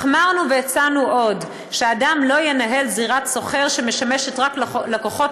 החמרנו והצענו עוד שאדם לא ינהל זירת סוחר שמשמשת רק לקוחות